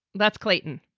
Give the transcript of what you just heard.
that's clayton.